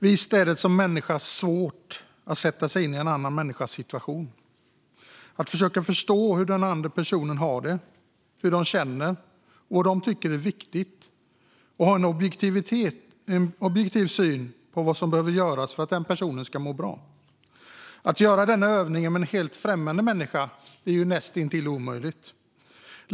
Fru talman! Visst är det svårt att sätta sig in i en annan människas situation, att försöka förstå hur den andra personen har det och känner och vad den tycker är viktigt och att ha en objektiv syn på vad som behöver göras för att den personen ska må bra. Att göra denna övning med en helt främmande människa är ju näst intill omöjligt.